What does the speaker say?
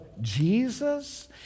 Jesus